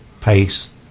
pace